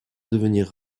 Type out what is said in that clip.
devenir